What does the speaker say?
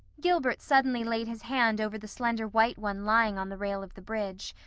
gilbert suddenly laid his hand over the slender white one lying on the rail of the bridge.